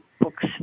books